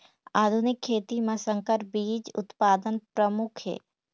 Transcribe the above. आधुनिक खेती म संकर बीज उत्पादन प्रमुख हे